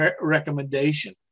recommendation